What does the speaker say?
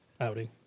outing